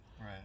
Right